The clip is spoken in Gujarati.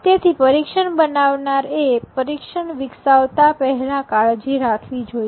તેથી પરીક્ષણ બનાવનાર એ પરીક્ષણ વિકસાવતા પહેલા કાળજી રાખવી જોઈએ